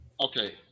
okay